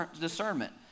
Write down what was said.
discernment